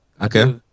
Okay